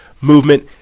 movement